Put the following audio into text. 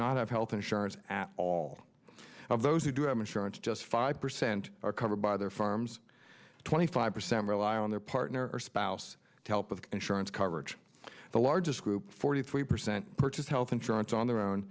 not have health insurance all of those who do have insurance just five percent are covered by their farms twenty five percent rely on their partner or spouse to help with insurance coverage the largest group forty three percent purchase health insurance on their own